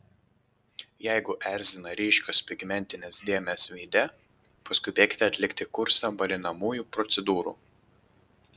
jeigu erzina ryškios pigmentinės dėmės veide paskubėkite atlikti kursą balinamųjų procedūrų